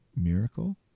Miracle